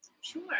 Sure